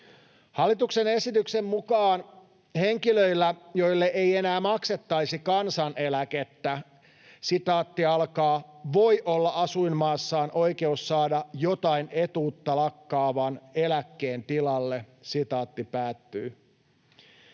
Hallituksen esityksen mukaan henkilöillä, joille ei enää maksettaisi kansaneläkettä ”voi olla asuinmaassaan oikeus saada jotain etuutta lakkaavan eläkkeen tilalle”. Esimerkiksi